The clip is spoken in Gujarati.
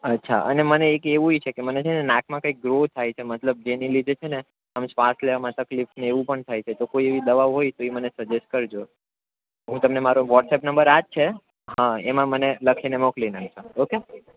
અચ્છા અને મને એક એવુંય છે કે મને છે ને નાકમાં કાંઈક ગ્રો થાય છે મતલબ જેની લીધે છે ને આમ શ્વાસ લેવામાં તકલીફ ને એવું પણ થાય છે તો કોઈ એવી દવા હોય તો એ મને સજેસ્ટ કરજો હું તમને મારો વોટ્સએપ નંબર આ જ છે હં એમાં મને લખીને મોકલી નાખજો ઓકે